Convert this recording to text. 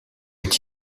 est